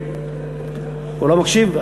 הוא לא מקשיב.